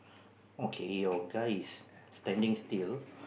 okay your guy is standing still